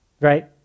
right